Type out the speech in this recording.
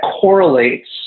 correlates